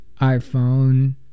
iPhone